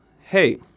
hey